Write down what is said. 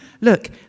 Look